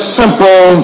simple